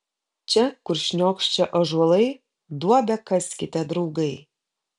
čia kur šniokščia ąžuolai duobę kaskite draugai